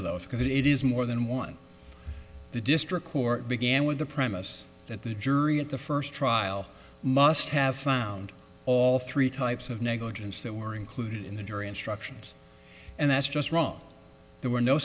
of those because it is more than one the district court began with the premise that the jury at the first trial must have found all three types of negligence that were included in the jury instructions and that's just wrong there were no